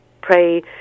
pray